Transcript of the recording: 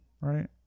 right